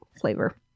flavor